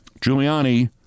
Giuliani